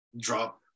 drop